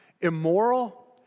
immoral